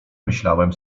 myślałem